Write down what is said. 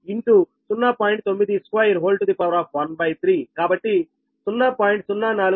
9213 కాబట్టి 0